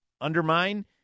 undermine